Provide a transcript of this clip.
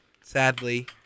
sadly